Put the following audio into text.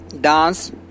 dance